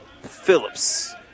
Phillips